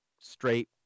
straight